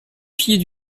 pied